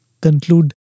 conclude